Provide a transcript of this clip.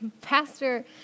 Pastor